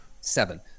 Seven